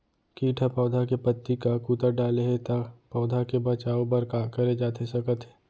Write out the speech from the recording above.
किट ह पौधा के पत्ती का कुतर डाले हे ता पौधा के बचाओ बर का करे जाथे सकत हे?